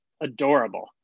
adorable